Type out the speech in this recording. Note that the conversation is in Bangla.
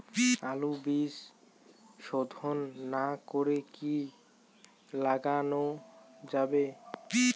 আলুর বীজ শোধন না করে কি লাগানো যাবে?